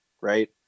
right